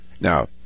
Now